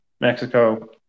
Mexico